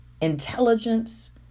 intelligence